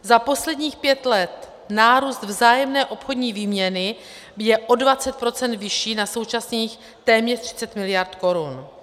Za posledních pět let nárůst vzájemné obchodní výměny je o 20 % vyšší na současných téměř 30 mld. korun.